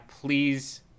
Please